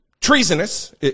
treasonous